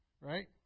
right